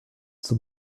zum